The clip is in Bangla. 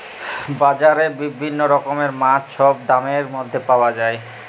বাজারে বিভিল্ল্য রকমের মাছ ছব দামের ম্যধে পাউয়া যায়